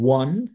one